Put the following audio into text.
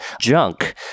Junk